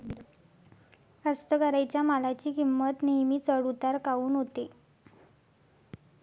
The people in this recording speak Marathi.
कास्तकाराइच्या मालाची किंमत नेहमी चढ उतार काऊन होते?